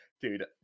Dude